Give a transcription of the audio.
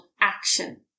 action